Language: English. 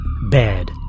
Bad